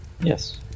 Yes